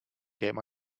game